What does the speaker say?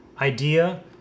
idea